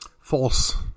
false